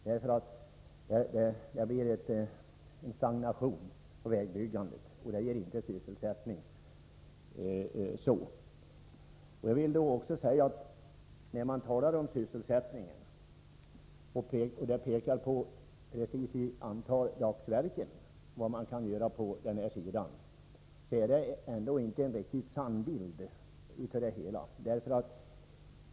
Det blir en stagnation i vägbyggandet, vilket minskar sysselsättningen. När man talar om sysselsättningen och pekar på det precisa antalet dagsverken ger det inte en riktigt sann bild.